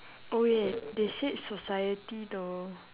oh wait they said society though